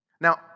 Now